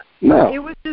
No